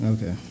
Okay